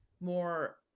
more